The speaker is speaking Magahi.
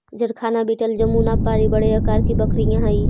जरखाना बीटल जमुनापारी बड़े आकार की बकरियाँ हई